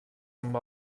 amb